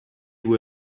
vous